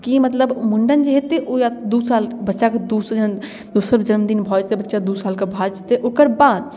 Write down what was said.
कि मतलब मुण्डन जे हेतै ओ या दू साल बच्चाके दूसँ जहन दोसर जन्मदिन भऽ जेतै बच्चा दू सालके भए जेतै ओकर बाद